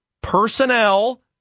personnel